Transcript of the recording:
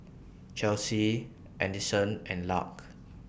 Chelsea Adyson and Lark